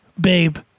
babe